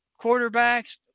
quarterbacks